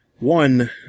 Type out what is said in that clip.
One